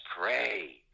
pray